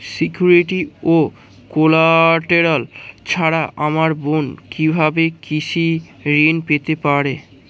Security ও collateral ছাড়া আমার বোন কিভাবে কৃষি ঋন পেতে পারে?